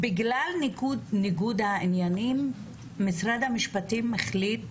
בגלל ניגוד העניינים משרד המשפטים החליט